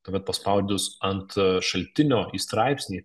tuomet paspaudus ant šaltinio į straipsnį